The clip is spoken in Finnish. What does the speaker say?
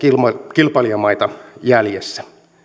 kilpailijamaita jäljessä